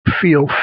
feel